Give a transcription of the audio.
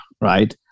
right